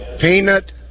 peanut